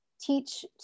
teach